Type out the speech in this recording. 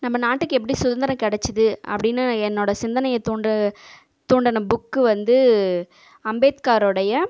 நம்ம நாட்டுக்கு எப்படி சுதந்திரம் கிடைச்சுது அப்படின்னு என்னோடய சிந்தனையை தூண்டு தூண்டின புக்கு வந்து அம்பேத்காருடைய